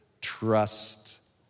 Trust